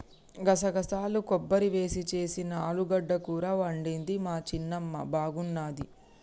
గసగసాలు కొబ్బరి వేసి చేసిన ఆలుగడ్డ కూర వండింది మా చిన్నమ్మ బాగున్నది